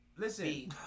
Listen